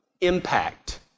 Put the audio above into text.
impact